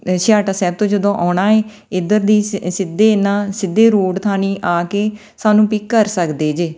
ਛੇਹਰਟਾ ਸਾਹਿਬ ਤੋਂ ਜਦੋਂ ਆਉਣਾ ਹੈ ਇੱਧਰ ਦੀ ਸਿ ਸਿੱਧੇ ਨਾ ਸਿੱਧੇ ਰੋਡ ਥਾਈਂ ਆ ਕੇ ਸਾਨੂੰ ਪਿੱਕ ਕਰ ਸਕਦੇ ਜੇ